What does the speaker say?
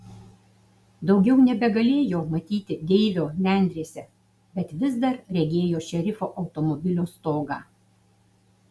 daugiau nebegalėjo matyti deivio nendrėse bet vis dar regėjo šerifo automobilio stogą